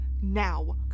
now